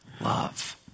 love